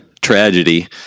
tragedy